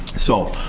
so,